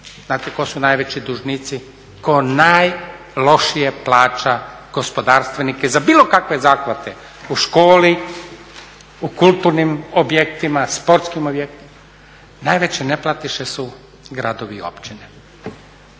dakle tko su najveći dužnici, tko najlošije plaća gospodarstvenike za bilo kakve zahvate u školi, u kulturnim objektima, sportskim objektima. Najveći neplatiše su gradovi i općine.